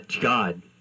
god